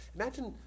Imagine